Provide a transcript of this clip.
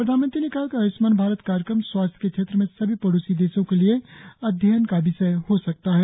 प्रधानमंत्री ने कहा कि आयष्मान भारत कार्यक्रम स्वास्थ्य के क्षेत्र में सभी पडोसी देशों के लिए अध्ययन का विषय हो सकता है